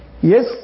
Yes